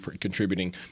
contributing